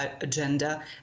agenda